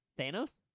Thanos